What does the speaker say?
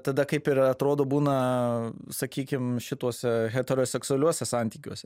tada kaip ir atrodo būna sakykim šituose heteroseksualiuose santykiuose